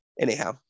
Anyhow